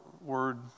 word